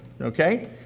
okay